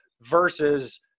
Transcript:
versus